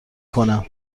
کنم